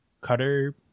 Cutter